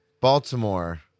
Baltimore